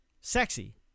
sexy